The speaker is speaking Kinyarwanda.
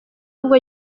ahubwo